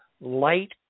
light